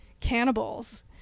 cannibals